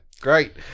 Great